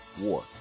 war